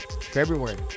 February